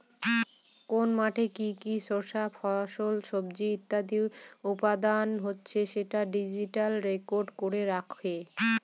কোন মাঠে কি কি শস্য আর ফল, সবজি ইত্যাদি উৎপাদন হচ্ছে সেটা ডিজিটালি রেকর্ড করে রাখে